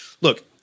look